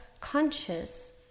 conscious